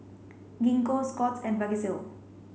Gingko Scott's and Vagisil